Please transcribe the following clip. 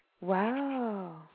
wow